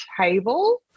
table